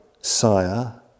sire